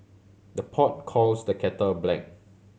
the pot calls the kettle black